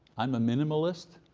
i'm a minimalist.